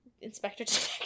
inspector